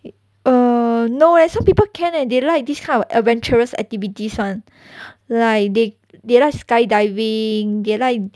err no leh some people can leh they like this kind of adventurous activities [one] like they like skydiving they like